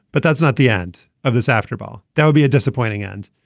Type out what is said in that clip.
but that's not the end of this after ball. there will be a disappointing end.